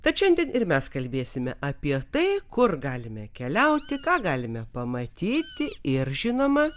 tad šiandien ir mes kalbėsime apie tai kur galime keliauti ką galime pamatyti ir žinoma